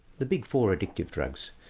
the big four addictive drugs